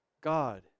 God